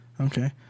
okay